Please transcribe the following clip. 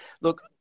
look